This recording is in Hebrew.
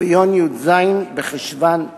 וביום י"ח בחשוון תשע"א,